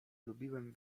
lubiłem